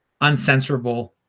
uncensorable